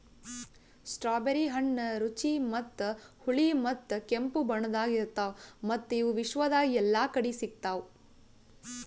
strawberry ಹಣ್ಣ ರುಚಿ ಮತ್ತ ಹುಳಿ ಮತ್ತ ಕೆಂಪು ಬಣ್ಣದಾಗ್ ಇರ್ತಾವ್ ಮತ್ತ ಇವು ವಿಶ್ವದಾಗ್ ಎಲ್ಲಾ ಕಡಿ ಸಿಗ್ತಾವ್